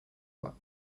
voir